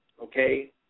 Okay